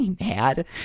mad